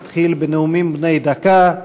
נתחיל בנאומים בני דקה.